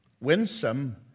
winsome